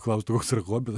klaust koks yra hobis